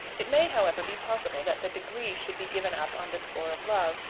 it may, however, be possible that the degree should be given up on the score of love,